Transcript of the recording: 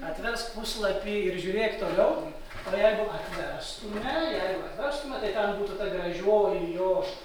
atversk puslapį ir žiūrėk toliau o jeigu atverstume jeigu atverstume tai ten būtų ta gražioji jo